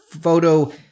photo